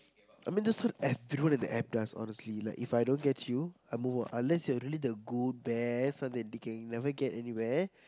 I mean that's what App you know what the App does honestly like If I don't get it I move on unless you're really that good there such that they can never get anywhere